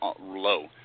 low